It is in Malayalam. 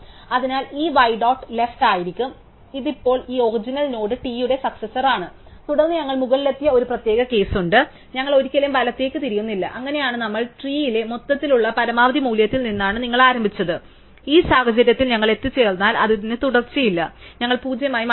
അതിനാൽ ഇത് y ഡോട്ട് ലെഫ്റ് ആയിരിക്കും അതിനാൽ ഇത് ഇപ്പോൾ ഈ ഒറിജിനൽ നോഡ് t യുടെ സക്സസാർ ആണ് തുടർന്ന് ഞങ്ങൾ മുകളിലെത്തിയ ഒരു പ്രത്യേക കേസ് ഉണ്ട് ഞങ്ങൾ ഒരിക്കലും വലത്തേക്ക് തിരിയുന്നില്ല അങ്ങനെയാണ് നമ്മൾ ട്രീയിലെ മൊത്തത്തിലുള്ള പരമാവധി മൂല്യത്തിൽ നിന്നാണ് നിങ്ങൾ ആരംഭിച്ചത് ഈ സാഹചര്യത്തിൽ ഞങ്ങൾ എത്തിച്ചേർന്നാൽ അതിന് തുടർച്ചയില്ല ഞങ്ങൾ പൂജ്യമായി മടങ്ങും